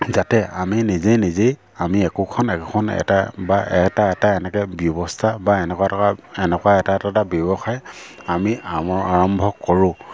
যাতে আমি নিজে নিজেই আমি একোখন একোখন এটা বা এটা এটা এনেকৈ ব্যৱস্থা বা এনেকুৱা এটা এনেকুৱা এটা এটা ব্যৱসায় আমি আম আৰম্ভ কৰোঁ